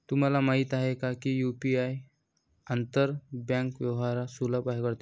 तुम्हाला माहित आहे का की यु.पी.आई आंतर बँक व्यवहार सुलभ करते?